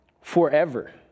forever